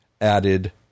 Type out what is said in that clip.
added